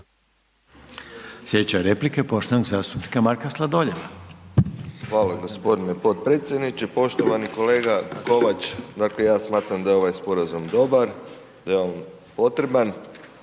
Sljedeća replika je poštovanog zastupnika Marka Sladoljeva. **Sladoljev, Marko (MOST)** Hvala g. potpredsjedniče. Poštovani kolega Kovač, dakle ja smatram da je ovaj sporazum dobar, da je on potreban